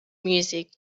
music